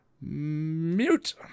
Mute